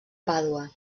pàdua